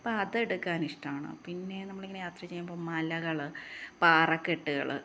അപ്പം അതെടുക്കാന് ഇഷ്ടമാണ് പിന്നെ നമ്മൾ ഇങ്ങനെ യാത്ര ചെയ്യുമ്പോൾ മലകൾ പാറക്കെട്ടുകൾ